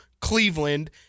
Cleveland